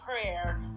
prayer